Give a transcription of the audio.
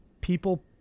people